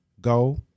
Go